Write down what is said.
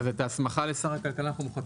אז את ההסמכה לשר הכלכלה אנחנו מוחקים.